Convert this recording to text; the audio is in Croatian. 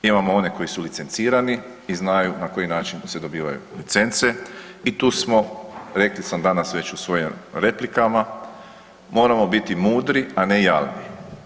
Imamo one koji su licencirani i znaju na koji način se dobivaju licence i tu smo reko sam danas već u svojim replikama moramo biti mudri, a ne jalni.